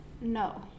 No